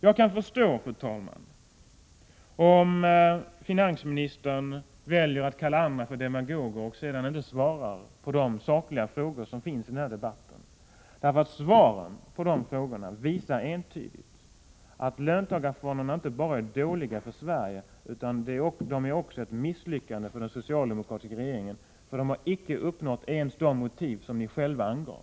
Jag kan förstå, fru talman, om finansministern väljer att kalla andra för demagoger och sedan inte svarar på de sakliga frågor som ställts i den här debatten. Svar på de frågorna visar nämligen entydigt att löntagarfonderna inte bara är dåliga för Sverige utan också innebär ett misslyckande för den socialdemokratiska regeringen. De har icke uppnått ens de mål som ni själva angav.